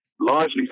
largely